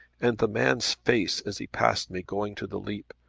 and the man's face as he passed me going to the leap!